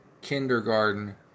kindergarten